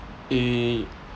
eh